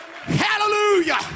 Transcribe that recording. Hallelujah